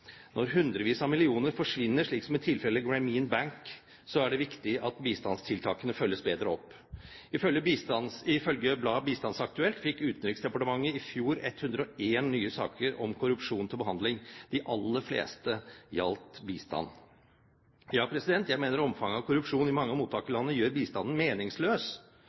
viktig at bistandstiltakene følges bedre opp. Ifølge bladet Bistandsaktuelt fikk Utenriksdepartementet i fjor 101 nye saker om korrupsjon til behandling. De aller fleste gjaldt bistand. Ja, jeg mener omfanget av korrupsjon i mange av mottakerlandene gjør bistanden meningsløs.